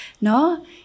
no